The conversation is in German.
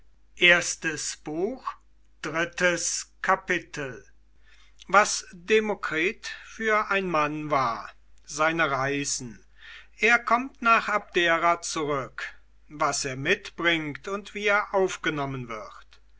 drittes kapitel was demokritus für ein mann war seine reisen er kommt nach abdera zurück was er mitbringt und wie er aufgenommen wird